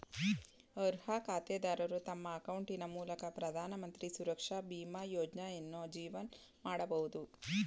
ಅರ್ಹ ಖಾತೆದಾರರು ತಮ್ಮ ಅಕೌಂಟಿನ ಮೂಲಕ ಪ್ರಧಾನಮಂತ್ರಿ ಸುರಕ್ಷಾ ಬೀಮಾ ಯೋಜ್ನಯನ್ನು ಜೀವನ್ ಮಾಡಬಹುದು